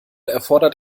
erfordert